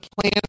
plan